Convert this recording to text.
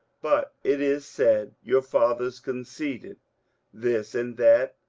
but, it is said, your fathers conceded this and that,